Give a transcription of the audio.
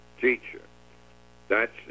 teacher—that's